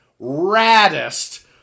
raddest